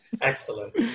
Excellent